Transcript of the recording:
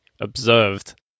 observed